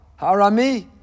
Harami